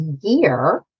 year